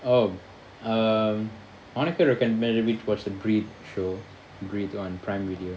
um என் வீட்டுக்கு வர சொல்லு:yen veetuku vara sollu was a great show on prime video